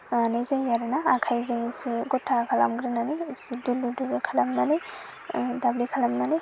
मानाय जायो आरो ना आखायजोें इसे गथा खालामग्रोनानै इसे दुलुर दुलुर खालामनानै दाब्ले खालामनानै